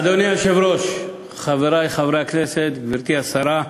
אדוני היושב-ראש, חברי חברי הכנסת, גברתי השרה,